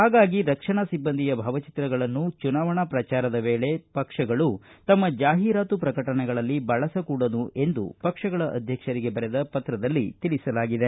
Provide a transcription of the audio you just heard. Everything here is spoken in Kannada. ಹಾಗಾಗಿ ರಕ್ಷಣಾ ಸಿಬ್ಬಂದಿಯ ಭಾವಚಿತ್ರಗಳನ್ನು ಚುನಾವಣಾ ಪ್ರಚಾರದ ವೇಳೆ ಪಕ್ಷಗಳು ತಮ್ಮ ಜಾಹೀರಾತು ಪ್ರಕಟಣೆಗಳಲ್ಲಿ ಬಳಸಕೂಡದು ಎಂದು ಪಕ್ಷಗಳ ಅಧ್ವಕ್ಷರಿಗೆ ಪತ್ರದಲ್ಲಿ ತಿಳಿಸಲಾಗಿದೆ